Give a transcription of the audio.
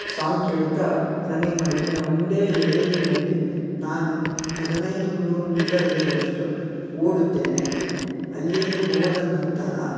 song ಕೇಳುತ್ತಾ running ಮಾಡುತ್ತೇನೆ ಒಂದೇ ಲೆವೆಲ್ಲಿನಲ್ಲಿ ನಾನು ಹದಿನೈದು ನೂರು ಮೀಟರ್ಗಳಷ್ಟು ಓಡುತ್ತೇನೆ ಅಲ್ಲಿಗೆ ಹೋದ ನಂತರ